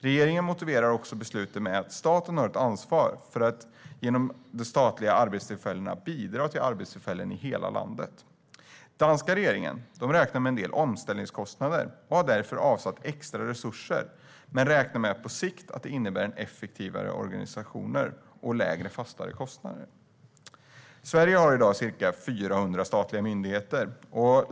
Regeringen motiverar också beslutet med att staten har ett ansvar för att genom de statliga arbetstillfällena bidra till arbetstillfällen i hela landet. Den danska regeringen räknar med en del omställningskostnader och har därför avsatt extra resurser men räknar med att det på sikt innebär effektivare organisationer och lägre fasta kostnader. Sverige har i dag ca 400 statliga myndigheter.